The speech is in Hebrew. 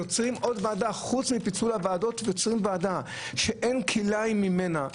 יוצרים ועדה חוץ מפיצול הוועדות ויוצרים ועדה שאין כלאיים ממנה.